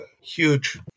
huge